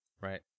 Right